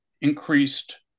increased